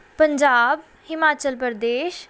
Punjab Himachal Pradesh